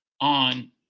on